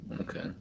Okay